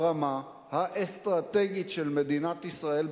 ברמה האסטרטגית של מדינת ישראל,